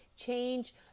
Change